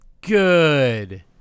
Good